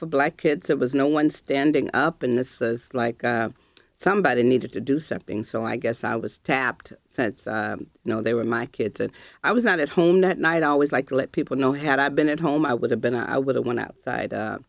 for black kids it was no one standing up and this was like somebody needed to do something so i guess i was tapped sense you know they were my kids and i was not at home that night i always like let people know had i been at home i would have been i would have went outside